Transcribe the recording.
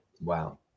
wow